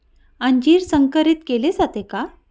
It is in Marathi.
अंजीर संकरित केले जाते का?